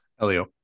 elio